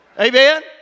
Amen